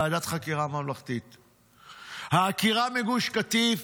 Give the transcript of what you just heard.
ועדת חקירה ממלכתית, העקירה מגוש קטיף,